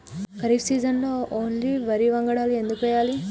ఖరీఫ్ సీజన్లో ఓన్లీ వరి వంగడాలు ఎందుకు వేయాలి?